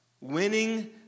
Winning